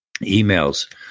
emails